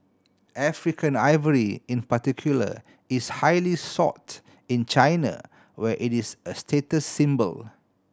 African ivory in particular is highly sought in China where it is a status symbol